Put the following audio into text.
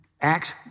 Acts